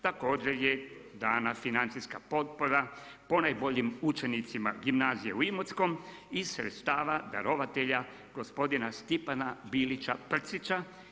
Također je dana financijska potpora ponajboljim učenicima gimnazije u Imotskom iz sredstava darovatelja gospodina Stipana Bilića Prcića.